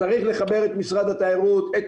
או של מנהל אתר הטבע.